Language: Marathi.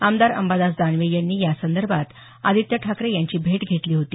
आमदार अंबादास दानवे यांनी यासंदर्भात आदित्य ठाकरे यांची भेट घेतली होती